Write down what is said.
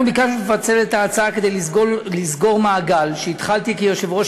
אנחנו ביקשנו לפצל את ההצעה כדי לסגור מעגל שהתחלתי כיושב-ראש